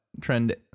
trend